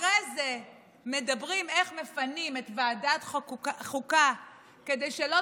אחרי זה מדברים איך מפנים את ועדת חוקה כדי שלא